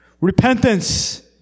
repentance